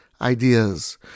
ideas